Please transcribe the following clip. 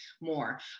more